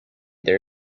their